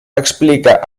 explica